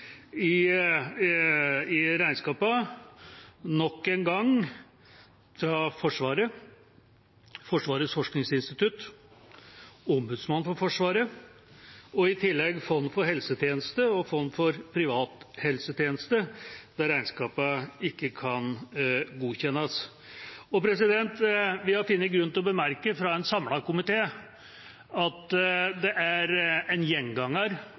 i regnskapet – nok en gang fra Forsvaret, Forsvarets forskningsinstitutt, Ombudsmannen for Forsvaret og i tillegg fra Fond for offentlig helsetjeneste og Fond for privat helsetjeneste – der regnskapet ikke kan godkjennes. Vi har funnet grunn til å bemerke fra en samlet komité at det er en gjenganger